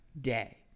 day